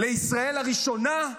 ישראל הראשונה,